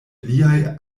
liaj